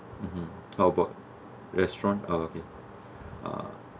mmhmm how about restaurant ah